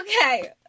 Okay